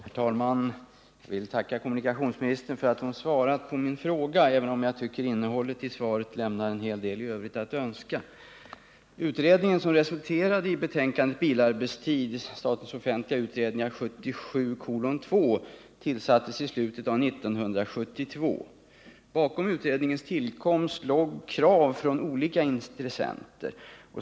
Herr talman! Jag vill tacka kommunikationsministern för att hon svarat på min fråga, även om jag tycker att innehållet i svaret lämnar en hel del övrigt att önska. rå Utredningen som resulterade i betänkandet Bilarbetstid tillsattes i slutet av 1972. Bakom utredningens tillkomst låg krav från olika intressenter.